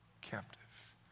captive